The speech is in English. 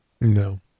No